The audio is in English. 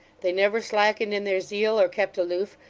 they never slackened in their zeal, or kept aloof,